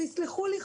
תסלחו לי,